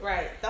Right